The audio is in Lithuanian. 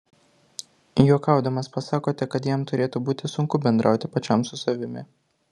juokaudamas pasakote kad jam turėtų būti sunku bendrauti pačiam su savimi